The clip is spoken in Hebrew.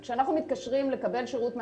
כשאנחנו מתקשים לקבל שירות מהסניף,